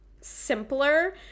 simpler